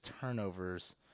turnovers –